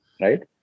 right